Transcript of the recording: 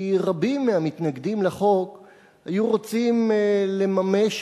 כי רבים מהמתנגדים לחוק היו רוצים לממש